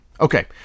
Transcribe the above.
Okay